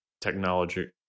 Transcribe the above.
technology